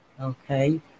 Okay